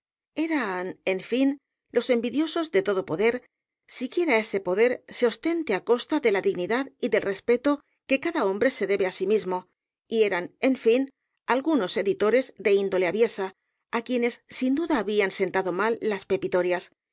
eran en fin los envidiosos de todo poder siquiera ese poder se ostente á costa de la dignidad y del respeto que cada hombre se debe á sí mismo y eran en fin algunos editores de índole aviesa á quienes sin duda habían sentado mal las pepitorias